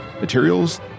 materials